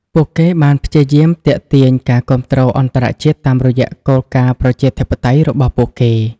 ពួកគេបានព្យាយាមទាក់ទាញការគាំទ្រអន្តរជាតិតាមរយៈគោលការណ៍ប្រជាធិបតេយ្យរបស់ពួកគេ។